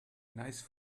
nice